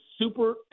super